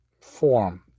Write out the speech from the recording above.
form